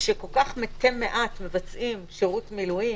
גם הכלכלי כשכל כך מתי מעט מבצעים שירות מילואים,